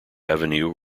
avenue